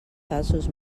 falsos